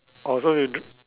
orh so you do